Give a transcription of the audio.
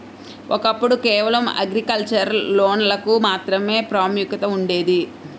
ఒకప్పుడు కేవలం అగ్రికల్చర్ లోన్లకు మాత్రమే ప్రాముఖ్యత ఉండేది